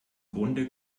grunde